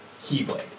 Keyblade